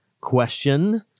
question